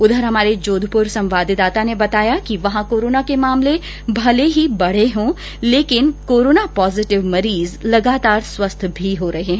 उधर हमारे जोधपुर संवाददाता ने बताया कि वहां कोरोना के मामले भले बढ़े हों लेकिन कोरोना पॉजिटिव मरीज लगातार स्वस्थ भी हो रहे है